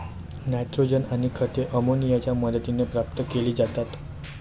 nitrogen आणि खते अमोनियाच्या मदतीने प्राप्त केली जातात